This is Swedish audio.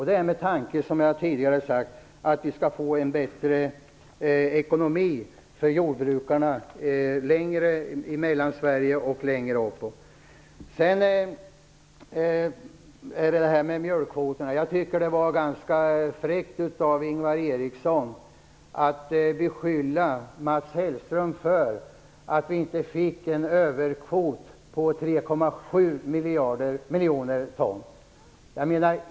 Det är med tanke på att jordbrukarna i Mellansverige och längre upp skall få en bättre ekonomi. När det gäller mjölkkvoterna tycker jag att det var ganska fräckt av Ingvar Eriksson att beskylla Mats Hellström för att vi inte fick en överkvot på 3,7 miljoner ton.